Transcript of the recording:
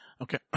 Okay